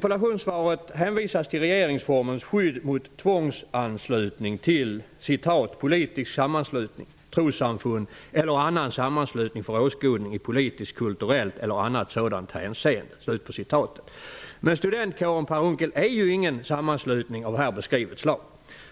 ''politisk sammanslutning, trossamfund eller annan sammanslutning för åskådning i politiskt, religiöst, kulturellt eller annat sådant hänseende''. Men studentkåren. Per Unckel, är ju ingen sammanslutning av här beskrivet slag.